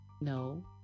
No